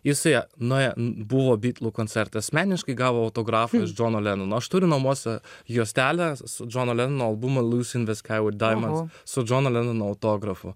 jis su ja nuėjo buvo bitlų koncerte asmeniškai gavo autografą iš džono lenono aš turiu namuose juostelę su džono leno albumo liusi in ve skai viv daimondz su džono lenono autografu